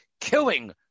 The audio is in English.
killing